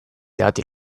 dati